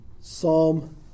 Psalm